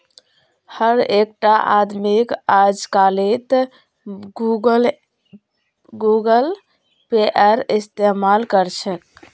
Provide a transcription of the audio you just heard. हर एकटा आदमीक अजकालित गूगल पेएर इस्तमाल कर छेक